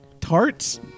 Tarts